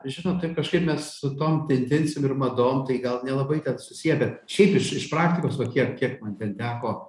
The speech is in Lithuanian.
žinot taip kažkaip mes su tom tendencijom ir madom tai gal nelabai ten susiję bet šiaip iš iš praktikos vat kiek kiek man teko